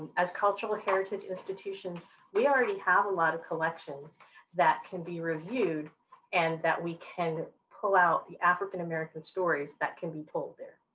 as cultural heritage institutions we already have a lot of collections that can be reviewed and that we can pull out the african-american stories that can be told there.